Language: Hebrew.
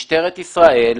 משטרת ישראל,